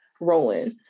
rolling